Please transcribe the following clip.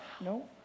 No